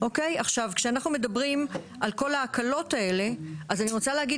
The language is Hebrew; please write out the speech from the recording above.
כשאנחנו מדברים על כל ההקלות האלה אז אני רוצה להגיד